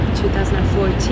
2014